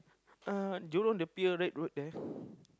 uh Jurong the Pier-Red-Road there